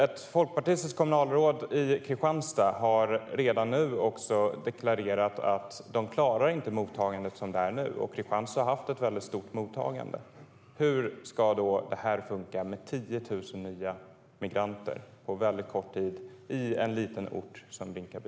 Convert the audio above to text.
Ett folkpartistiskt kommunalråd i Kristianstad har redan deklarerat att man inte klarar mottagandet som det är nu. Kristianstad har haft ett väldigt stort mottagande. Hur ska det då funka med 10 000 nya migranter med väldigt kort varsel i en liten ort som Rinkaby?